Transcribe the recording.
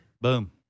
Boom